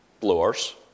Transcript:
blowers